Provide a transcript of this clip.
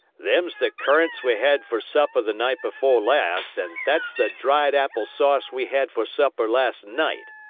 them's the currants we had for supper the night before last, and that's the dried-apple sauce we had for supper last night,